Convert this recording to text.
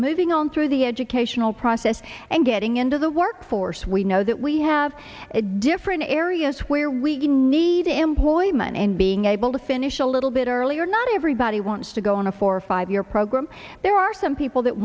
moving on through the educational process yes and getting into the workforce we know that we have a different areas where we need employment and being able to finish a little bit earlier not everybody wants to go on a four or five year program there are some people that